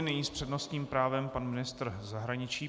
Nyní s přednostním právem pan ministr zahraničí.